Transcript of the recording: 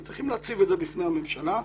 צריכים להציב את זה בפני הממשלה.